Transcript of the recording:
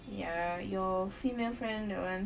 ya your female friend that one